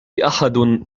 أحد